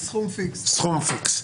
סכום פיקס.